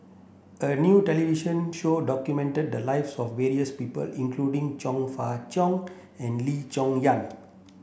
a new television show documented the lives of various people including Chong Fah Cheong and Lee Cheng Yan